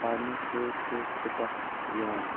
پرنہٕ سۭتۍ چھِ سپتھ یِوان